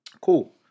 Cool